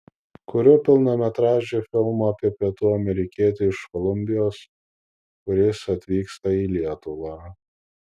kuriu pilnametražį filmą apie pietų amerikietį iš kolumbijos kuris atvyksta į lietuvą